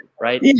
right